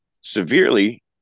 severely